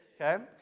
Okay